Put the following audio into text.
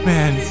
Man